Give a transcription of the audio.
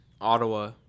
Ottawa